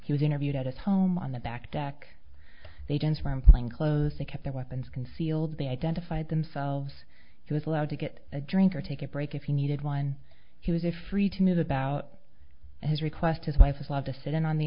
he was interviewed at his home on the back deck they dance from plainclothes to keep their weapons concealed they identified themselves he was allowed to get a drink or take a break if he needed one he was a free to move about his request his wife was allowed to sit in on the